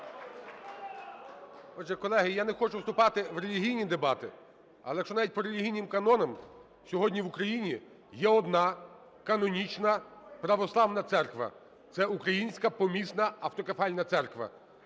Отже, колеги, я не хочу вступати в релігійні дебати. Але якщо навіть по релігійним канонам, сьогодні в Україні є одна канонічна православна церква – це Українська помісна автокефальна церква.